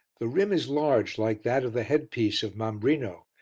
the rim is large, like that of the headpiece of mambrino,